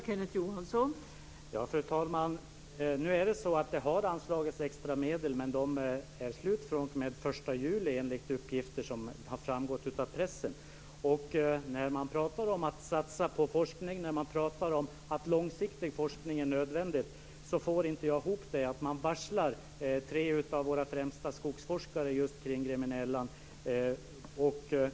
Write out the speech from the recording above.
Fru talman! Nu har det anslagits extra medel, men de är slut fr.o.m. den 1 juli enligt uppgifter som har framgått av pressen. När man talar om att satsa på forskning och att långsiktig forskning är nödvändigt får jag inte det att gå ihop med att man varslar tre av våra främsta skogsforskare om just gremmeniellan.